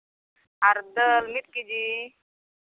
ᱟᱨ ᱫᱟᱹᱞ ᱢᱤᱫ ᱠᱮᱡᱤ